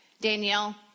Danielle